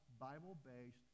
Bible-based